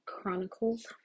Chronicles